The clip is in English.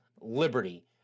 liberty